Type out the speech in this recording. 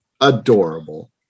Adorable